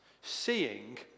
seeing